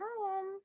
home